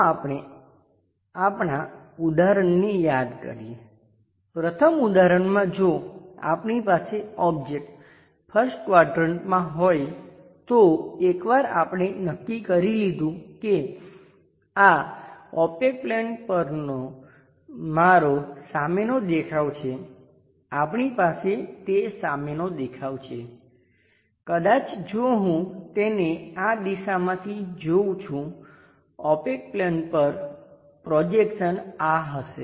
ચાલો આપણે આપણા ઉદાહરણને યાદ કરીએ પ્રથમ ઉદાહરણમાં જો આપણી પાસે ઓબ્જેક્ટ 1st ક્વાડ્રંટમાં હોય તો એકવાર આપણે નક્કી કરી લીધું કે આ ઓપેક પ્લેન પરનો મારો સામેનો દેખાવ છે આપણી પાસે તે સામેનો દેખાવ છે કદાચ જો હું તેને આ દિશામાંથી જોઉં છું ઓપેક પ્લેન પર પ્રોજેક્શન આ હશે